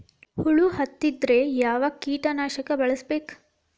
ಹುಳು ಹತ್ತಿದ್ರೆ ಯಾವ ಕೇಟನಾಶಕ ಬಳಸಬೇಕ?